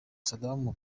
saddam